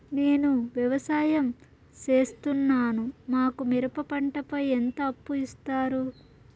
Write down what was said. నేను వ్యవసాయం సేస్తున్నాను, మాకు మిరప పంటపై ఎంత అప్పు ఇస్తారు